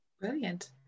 Brilliant